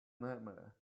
nightmare